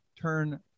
turn